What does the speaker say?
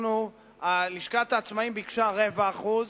לשכת העצמאים ביקשה 0.25%,